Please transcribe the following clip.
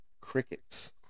crickets